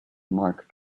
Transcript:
mark